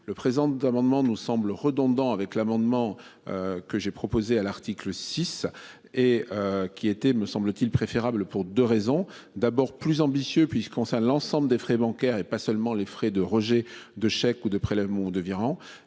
Le présent amendement nous semble redondant avec l'amendement. Que j'ai proposé à l'article 6 et. Qui était me semble-t-il préférable pour 2 raisons, d'abord plus ambitieux puisqu'il concerne l'ensemble des frais bancaires et pas seulement les frais de rejet de chèques ou de prélèvements de virements